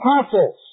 Apostles